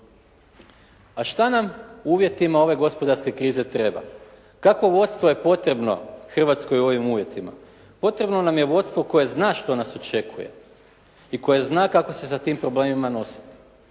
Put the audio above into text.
A šta nam uvjeti ove gospodarske krize treba? Kakvo vodstvo je potrebno Hrvatskoj u ovim uvjetima? Potrebno nam je vodstvo koje zna što nas očekuje. I koje zna kako se sa tim problemima nositi.